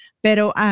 Pero